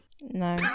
No